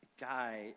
guy